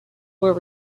were